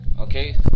Okay